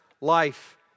life